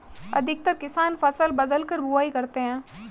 अधिकतर किसान फसल बदलकर बुवाई करते है